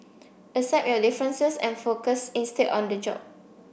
accept your differences and focus instead on the job